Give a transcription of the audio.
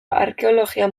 arkeologia